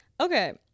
Okay